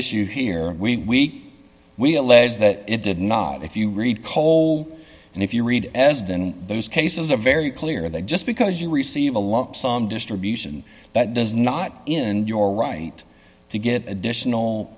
issue here we we allege that it did not if you read cole and if you read as than those cases are very clear that just because you receive a lump sum distribution that does not in your right to get additional